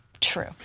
true